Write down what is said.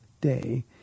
day